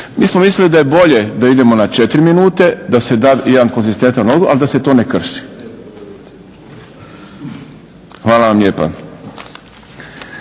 Mi smo mislili da je bolje da idemo na 4 minute da se da jedan konzistentan odgovor, ali da se to ne krši. Hvala vam lijepa.